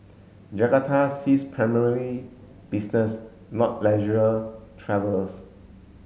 Jakarta sees primarily business not leisure travellers